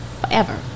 forever